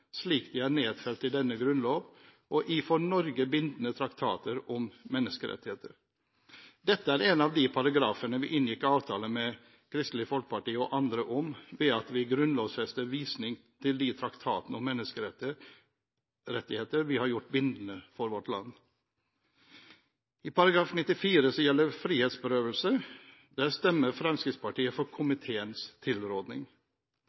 slik de er nedfelt i denne grunnlov og i for Norge bindende traktater om menneskerettigheter.» Dette er en av de paragrafene vi inngikk avtale med Kristelig Folkeparti og andre om, ved at vi grunnlovfester visning til de traktatene om menneskerettigheter vi har gjort bindende for vårt land. § 94, frihetsberøvelse: Fremskrittspartiet stemmer for komiteens tilråding. § 95, rettferdig rettergang/uavhengige domstoler: Fremskrittspartiet stemmer for komiteens tilråding,